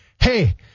Hey